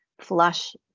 flush